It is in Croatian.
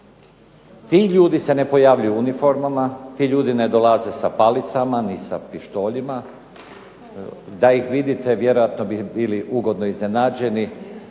Ti ljudi se ne pojavljuju u uniformama, ti ljudi ne dolaze sa palicama, ni sa pištoljima. Da ih vidite vjerojatno bi bili ugodno iznenađeni.